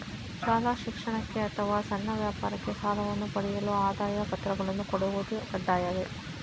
ಶಾಲಾ ಶಿಕ್ಷಣಕ್ಕೆ ಅಥವಾ ಸಣ್ಣ ವ್ಯಾಪಾರಕ್ಕೆ ಸಾಲವನ್ನು ಪಡೆಯಲು ಆದಾಯ ಪತ್ರಗಳನ್ನು ಕೊಡುವುದು ಕಡ್ಡಾಯವೇ?